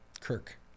Kirk